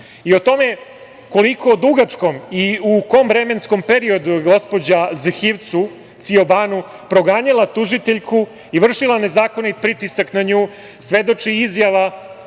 tome u koliko dugačkom i u kom vremenskom periodu je gospođa Zhivcu Ciobanu proganjala tužiteljku i vršila nezakonit pritisak na nju svedoči izjava